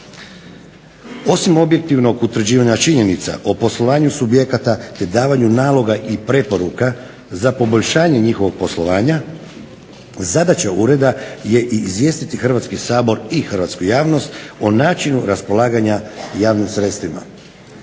Osim objektivnog utvrđivanja činjenica o poslovanju subjekata, te davanju naloga i preporuka za poboljšanje njihovog poslovanja zadaća Ureda je i izvijestiti Hrvatski sabor i hrvatsku javnost o načinu raspolaganja javnim sredstvima.